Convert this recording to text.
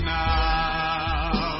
now